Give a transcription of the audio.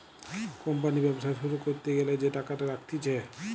company ব্যবসা শুরু করতে গ্যালা যে টাকাটা রাখতিছে